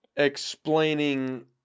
explaining